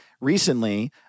recently